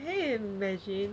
can you imagine